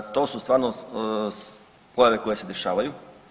To su stvarno pojave koje se dešavaju.